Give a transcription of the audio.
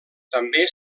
també